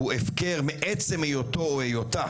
הוא הפקר מעצם היותו היותה